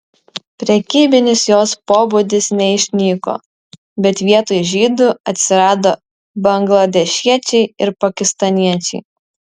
prekybinis jos pobūdis neišnyko bet vietoj žydų atsirado bangladešiečiai ir pakistaniečiai